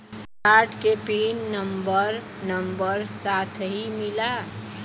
Card के pin number number साथही मिला?